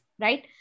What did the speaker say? right